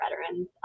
veterans